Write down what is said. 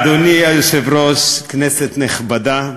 אדוני היושב-ראש, כנסת נכבדה,